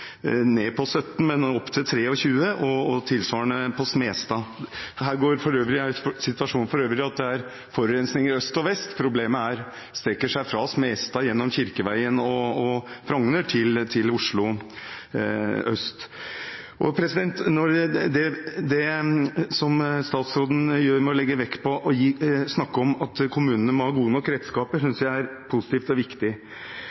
ned på 17, men opp til 23, og tilsvarende på Smestad. Her er situasjonen for øvrig at det er forurensninger i øst og vest: Problemet strekker seg fra Smestad, gjennom Kirkeveien og Frogner og til Oslo øst. Det at statsråden legger vekt på og snakker om at kommunene må ha gode nok redskaper,